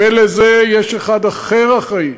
ולזה אחד אחר אחראי.